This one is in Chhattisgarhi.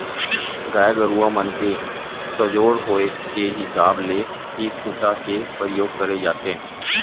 गाय गरुवा मन के सजोर होय के हिसाब ले ही खूटा के परियोग करे जाथे